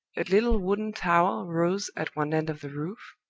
a little wooden tower rose at one end of the roof,